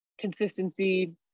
consistency